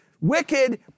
wicked